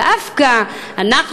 דווקא אנחנו,